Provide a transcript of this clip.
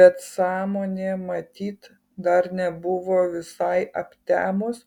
bet sąmonė matyt dar nebuvo visai aptemus